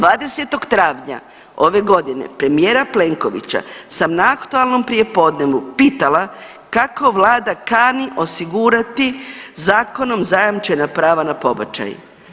20. travnja ove godine premijera Plenkovića sam na aktualnom prijepodnevu pitala kako vlada kani osigurati zakonom zajamčena prava na pobačaj?